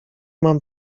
mam